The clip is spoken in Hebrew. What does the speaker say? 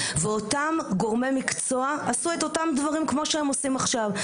ואותם גורמי מקצוע עשו את אותם דברים כמו שהם עושים עכשיו,